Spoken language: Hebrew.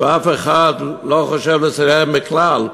ואף אחד לא חושב לסייע להן בכלל.